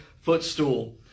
footstool